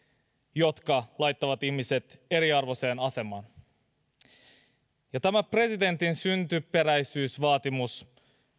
jotka laittavat ihmiset eriarvoiseen asemaan ja tämä presidentin syntyperäisyysvaatimus